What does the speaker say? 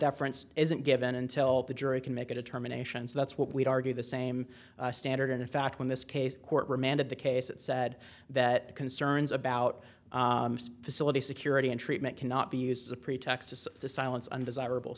deference isn't given until the jury can make a determination so that's what we'd argue the same standard and in fact when this case court remanded the case it said that concerns about facility security and treatment cannot be used as a pretext to silence undesirable